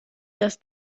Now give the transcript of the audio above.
das